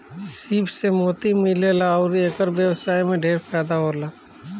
सीप से मोती मिलेला अउर एकर व्यवसाय में ढेरे फायदा होला